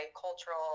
cultural